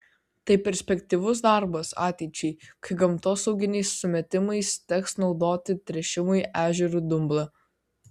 tai perspektyvus darbas ateičiai kai gamtosauginiais sumetimais teks naudoti tręšimui ežerų dumblą